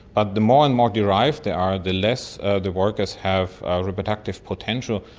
ah the more and more derived they are the less the workers have reproductive potential,